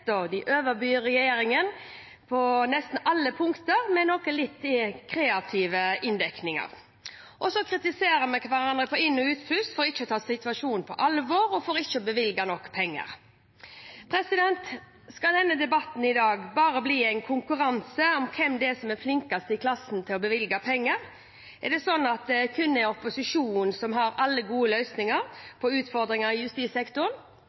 og de overbyr regjeringen på nesten alle punkter, med noe litt kreative inndekninger. Så kritiserer vi hverandre på inn- og utpust for ikke å ta situasjonen på alvor og for ikke å bevilge nok penger. Skal denne debatten i dag bare bli en konkurranse om hvem det er som er flinkest i klassen til å bevilge penger? Er det slik at det kun er opposisjonen som har alle gode løsninger på utfordringer i justissektoren?